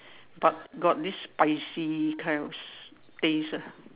but got this spicy kind of s~ taste ah